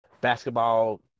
basketball